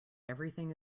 everything